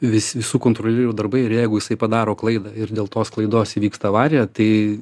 vis visų kontrolierių darbai ir jeigu jisai padaro klaidą ir dėl tos klaidos įvyksta avarija tai